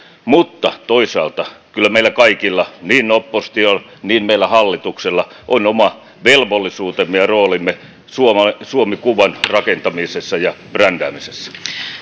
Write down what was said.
mutta toisaalta kyllä meillä kaikilla niin oppositiolla kuin meillä hallituksessa on oma velvollisuutemme ja roolimme suomi suomi kuvan rakentamisessa ja brändäämisessä